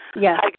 Yes